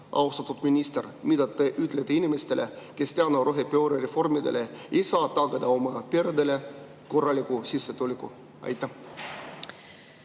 Austatud minister, mida te ütlete inimestele, kes rohepöörde reformide tõttu ei saa tagada oma peredele korralikku sissetulekut? Aitäh!